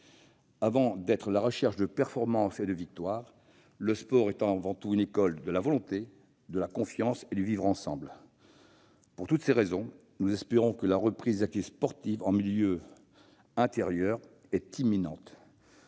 Avant d'être la recherche de performances et de victoires, le sport est avant tout une école de la volonté, de la confiance et du vivre ensemble. Pour toutes ces raisons, nous espérons que la reprise des activités sportives en intérieur est imminente,